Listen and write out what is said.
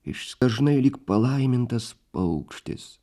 dažnai lyg palaimintas paukštis